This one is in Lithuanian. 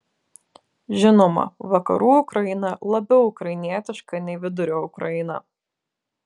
žinoma vakarų ukraina labiau ukrainietiška nei vidurio ukraina